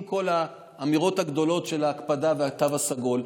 עם כל האמירות הגדולות של ההקפדה והתו הסגול,